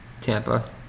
Tampa